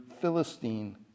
Philistine